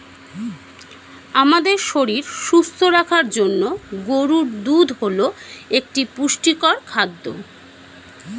আমাদের শরীর সুস্থ রাখার জন্য গরুর দুধ হল একটি পুষ্টিকর খাদ্য